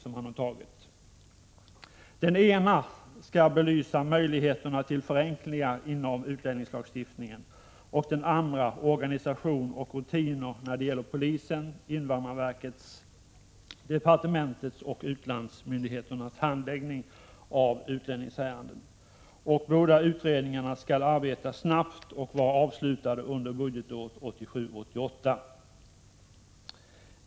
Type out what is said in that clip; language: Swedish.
Den ena utredningen skall belysa möjligheterna till förenklingar inom utlänningslagstiftningen och den andra skall se över organisation och rutiner när det gäller polisens, invandrarverkets, departementets och utlandsmyndigheternas handläggning av utlänningsärenden. Båda utredningarna skall arbeta snabbt och vara avslutade under budgetåret 1987/88.